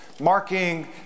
marking